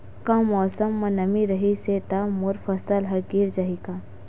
कल मौसम म नमी रहिस हे त मोर फसल ह गिर जाही का?